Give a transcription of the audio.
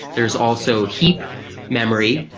there is also heap memory,